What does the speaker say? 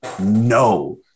No